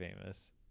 famous